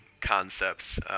concepts